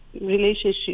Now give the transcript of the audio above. relationship